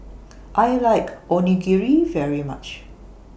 I like Onigiri very much